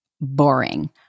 Boring